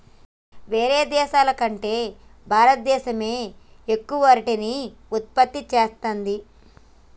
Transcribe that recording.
వేరే దేశాల కంటే భారత దేశమే ఎక్కువ అరటిని ఉత్పత్తి చేస్తంది